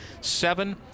seven